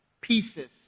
pieces